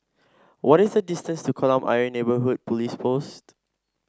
what is the distance to Kolam Ayer Neighbourhood Police Post